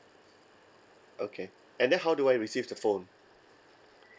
okay and then how do I receive the phone